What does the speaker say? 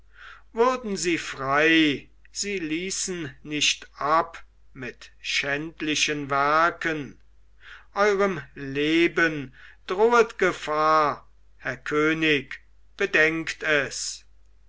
würden sie frei sie ließen nicht ab mit schändlichen werken eurem leben drohet gefahr herr könig bedenkt es